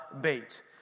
bait